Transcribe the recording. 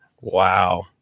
Wow